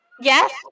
Yes